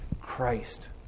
Christ